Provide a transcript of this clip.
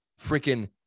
freaking